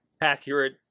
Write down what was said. accurate